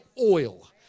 oil